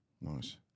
Nice